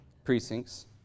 precincts